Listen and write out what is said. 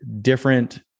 different